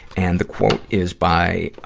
and the quote is by, ah,